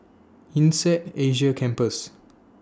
Insead Asia Campus